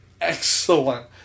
excellent